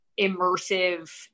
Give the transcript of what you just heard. immersive